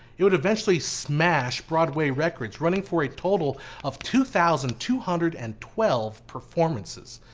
it would eventually smash broadway records, running for a total of two thousand two hundred and twelve performances.